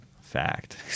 Fact